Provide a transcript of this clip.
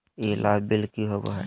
ई लाभ बिल की होबो हैं?